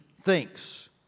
thinks